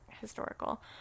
historical